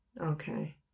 Okay